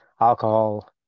alcohol